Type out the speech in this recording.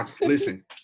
Listen